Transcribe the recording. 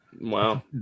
Wow